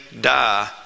die